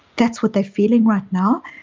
that's what they're feeling right now.